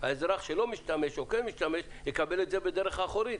האזרח שכן משתמש או לא משתמש יקבל את זה בדרך האחורית,